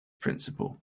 principal